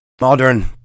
Modern